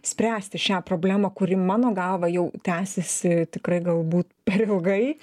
spręsti šią problemą kuri mano galva jau tęsiasi tikrai galbūt per ilgai